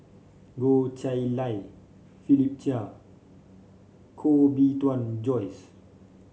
Goh Chiew Lye Philip Chia Koh Bee Tuan Joyce